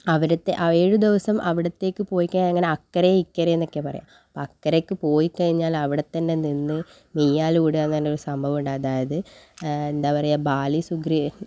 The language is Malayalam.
അവിടുത്തെ ആ ഏഴു ദിവസം അവിടുത്തേയ്ക്ക് പോയി കഴിഞ്ഞാൽ അങ്ങനെ അക്കരെ ഇക്കരെയെന്നൊക്കെയാണ് പറയുക അക്കരയ്ക്ക് പോയി കഴിഞ്ഞാലവിടെ തന്നെ നിന്ന് മെയ്യാലു കൂടുകയെന്ന് പറഞ്ഞൊരു സംഭവമുണ്ട് അതായത് എന്താ പറയുക ബാലി സുഗ്രീവൻ